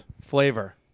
flavor